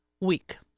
week